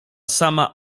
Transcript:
sama